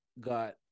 got